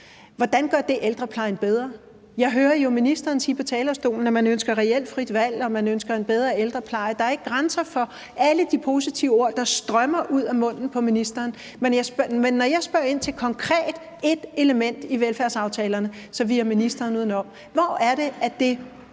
skal gøre rent og hvornår? Jeg hører jo ministeren sige på talerstolen, at man ønsker reelt frit valg, og at man ønsker en bedre ældrepleje. Der er ikke grænser for alle de positive ord, der strømmer ud af munden på ministeren, men når jeg spørger konkret ind til ét element i velfærdsaftalerne, så viger ministeren udenom. Hvor er det, at det